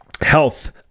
health